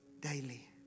daily